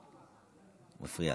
את מפריעה.